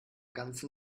ganzen